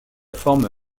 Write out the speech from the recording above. forme